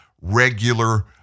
regular